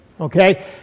okay